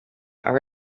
are